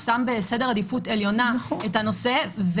שמים בסדר עדיפות עליונה את הנושא.